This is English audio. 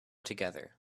together